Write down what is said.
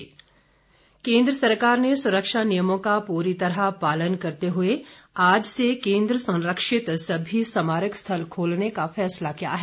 सरकार स्मारक केन्द्र सरकार ने सुरक्षा नियमों का पूरी तरह पालन करते हुए आज से केन्द्र संरक्षित सभी स्मारक स्थल खोलने का फैसला किया है